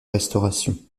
restauration